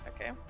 Okay